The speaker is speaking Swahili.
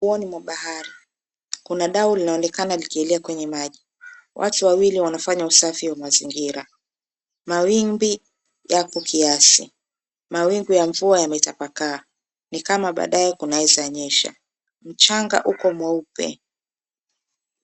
Ufuoni mwa bahari kuna dau linaonekana likielea kwenye maji , watu wawili wanafanya usafi wa mazingira, mawimbi yapo kiasi, mawingu ya mvua yametapakaa ni kama baadaye kunaeza nyesha, mchanga uko mweupe.